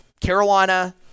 Carolina